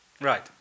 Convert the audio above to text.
Right